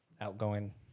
outgoing